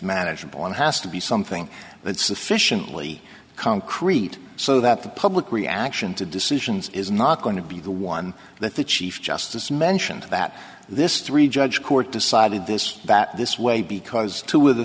manageable and has to be something that sufficiently concrete so that the public reaction to decisions is not going to be the one that the chief justice mentioned that this three judge court decided this that this way because to